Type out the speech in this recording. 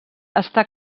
està